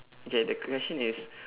okay the question is